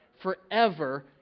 Forever